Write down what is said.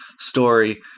story